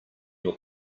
your